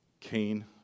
Cain